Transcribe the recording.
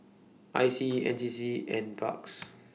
I C N C C N Parks